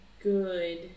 good